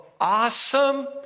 awesome